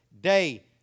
day